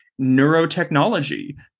neurotechnology